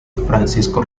francisco